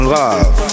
love